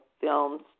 films